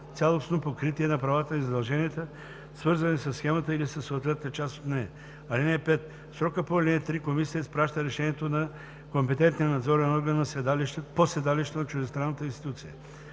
цялостно покритие на правата и задълженията, свързани със схемата или със съответната част от нея. (5) В срока по ал. 3 комисията изпраща решението на компетентния надзорен орган по седалището на чуждестранната институция.